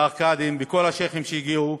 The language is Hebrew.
והקאדים וכל השיח'ים שהגיעו,